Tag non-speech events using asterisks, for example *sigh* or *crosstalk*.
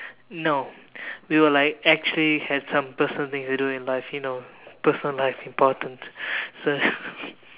no we were like actually had some personal thing to do in life you know personal life important so *laughs*